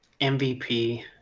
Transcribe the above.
mvp